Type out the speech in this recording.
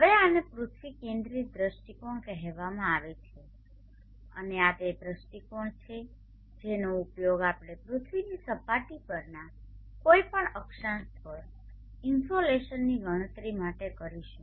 હવે આને પૃથ્વી કેન્દ્રિત દૃષ્ટિકોણ કહેવામાં આવે છે અને આ તે દૃષ્ટિકોણ છે જેનો ઉપયોગ આપણે પૃથ્વીની સપાટી પરના કોઈપણ અક્ષાંશ પર ઇન્સોલેશનની ગણતરી માટે કરીશું